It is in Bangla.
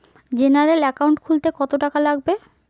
জেনারেল একাউন্ট খুলতে কত টাকা লাগবে?